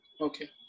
okay